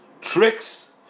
tricks